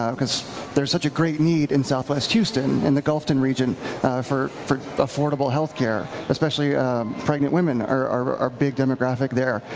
um because there's such a great need in southwest houston. and the gulfton region for for affordable health care. especially pregnant women are our big demographic there.